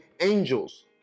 angels